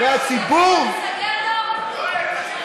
הציבור לא אוהב יפי נפש.